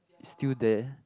it's still there